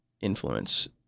influence